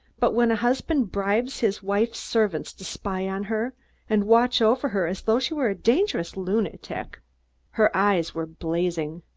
but when a husband bribes his wife's servants to spy on her and watch over her as though she were a dangerous lunatic her eyes were blazing.